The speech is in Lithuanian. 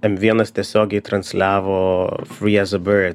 m vienas tiesiogiai transliavo free as a bird